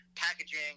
packaging